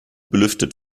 belüftet